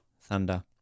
Thunder